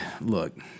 Look